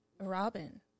Robin